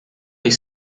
ich